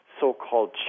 so-called